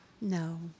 no